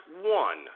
one